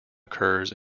occurs